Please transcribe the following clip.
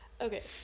Okay